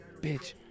bitch